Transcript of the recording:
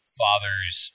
fathers